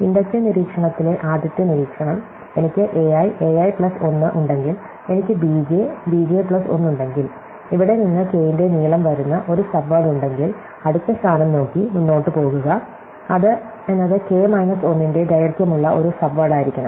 inductive നിരീക്ഷണത്തിലെ ആദ്യത്തെ നിരീക്ഷണം എനിക്ക് a i a i plus 1 ഉണ്ടെങ്കിൽ എനിക്ക് b j b j plus 1 ഉണ്ടെങ്കിൽ ഇവിടെ നിന്ന് k ന്റെ നീളം വരുന്ന ഒരു സബ്വേഡ് ഉണ്ടെങ്കിൽ അടുത്ത സ്ഥാനം നോക്കി മുന്നോട്ട് പോകുക അത് എന്നത് k മൈനസ് 1 ന്റെ ദൈർഘ്യമുള്ള ഒരു സബ്വേഡ് ആയിരിക്കണം